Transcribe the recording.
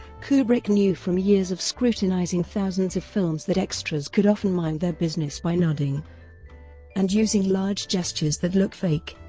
kubrick knew from years of scrutinizing thousands of films that extras could often mime their business by nodding and using large gestures that look fake.